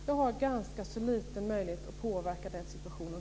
Man har ganska så liten möjlighet att själv påverka den situationen.